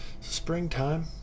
springtime